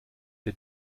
der